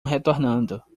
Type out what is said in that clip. retornando